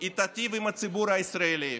היא תיטיב עם הציבור הישראלי,